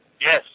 Yes